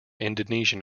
indonesian